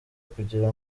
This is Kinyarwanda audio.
kugira